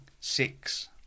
Six